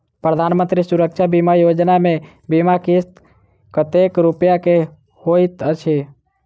प्रधानमंत्री सुरक्षा बीमा योजना मे बीमा किस्त कतेक रूपया केँ होइत अछि?